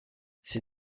ses